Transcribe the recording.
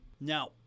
Now